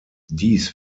dies